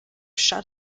shut